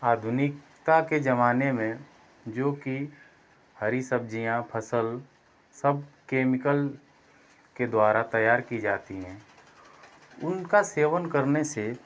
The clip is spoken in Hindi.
आधुनिकता के ज़माने में जो कि हरी सब्ज़ियाँ फसल सब केमिकल के द्वारा तैयार की जाती हैं उनका सेवन करने से